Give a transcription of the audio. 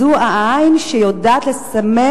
זו העין שיודעת לסמן